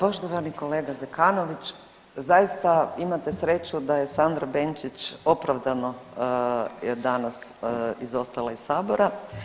Poštovani kolega Zekanović, zaista imate sreću da je Sandra Benčić opravdano danas izostala iz sabora.